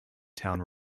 town